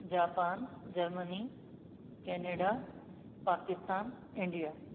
Japan Germany Canada Pakistan India